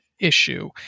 issue